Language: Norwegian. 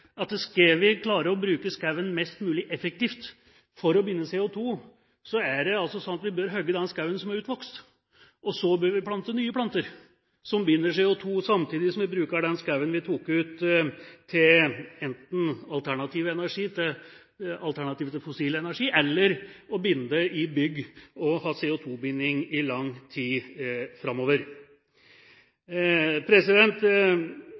vi skal klare å bruke skogen mest mulig effektivt for å binde CO2, bør vi hogge den skogen som er utvokst. Så bør vi plante nye planter som binder CO2, samtidig som vi bruker den skogen som vi tok ut – enten som alternativ til fossil energi eller å binde den i bygg og ha CO2-binding i lang tid framover.